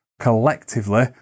collectively